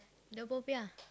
the popiah